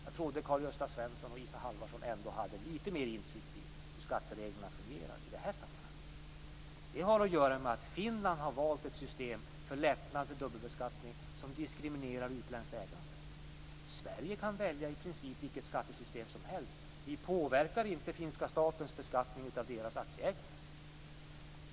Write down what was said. Jag trodde att Karl-Gösta Svenson och Isa Halvarsson ändå hade litet mer insikt i hur skattereglerna fungerar i det här sammanhanget. Detta har att göra med att Finland har valt ett system för lättnad för dubbelbeskattning som diskriminerar utländskt ägande. Sverige kan välja i princip vilket skattesystem som helst. Vi påverkar inte finska statens beskattning av de finska aktieägarna.